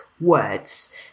words